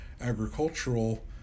agricultural